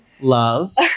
Love